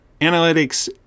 analytics